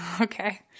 Okay